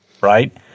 right